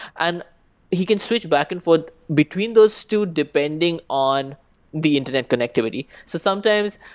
and he can switch back and forth between those two depending on the internet connectivity. so sometimes,